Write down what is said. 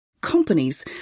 companies